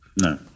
No